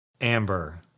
Amber